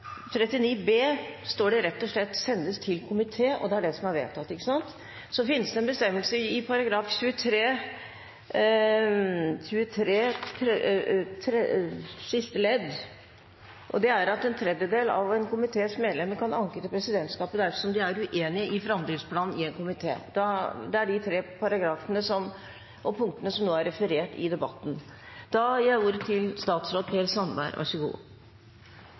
39 b står det rett og slett: «Sendes til komité», og det er det som er vedtatt. Så finnes det en bestemmelse i § 23 siste ledd om at en tredjedel av en komités medlemmer kan anke til presidentskapet dersom de er uenig i framdriftsplanen i en komité. Det er disse tre punktene som er referert i debatten. Jeg